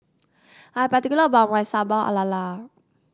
I'm particular about my Sambal Lala